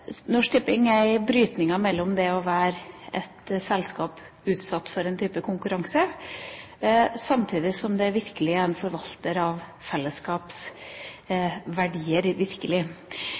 Norsk Tipping er i brytningen mellom det å være et selskap som er utsatt for en type konkurranse og det å være forvalter av fellesskapsverdier.